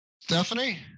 Stephanie